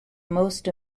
most